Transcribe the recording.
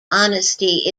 honesty